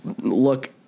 look